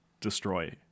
destroy